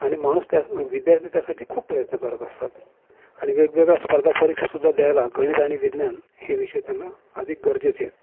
आणि माणूस त्यास विद्यार्थी त्यासाठी खूप प्रयत्न करत असतात आणि वेगवेगळ्या स्पर्धा परीक्षासुध्दा द्यायला गणित आणि विज्ञान हे विषय त्यांना अधिक गरजेचे आहेत